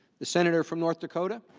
the senator from north dakota.